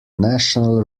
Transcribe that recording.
national